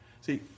See